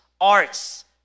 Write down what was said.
arts